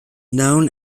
known